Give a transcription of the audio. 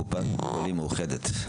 קופת חולים מאוחדת.